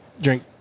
drink